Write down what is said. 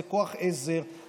זה כוח עזר,